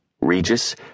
Regis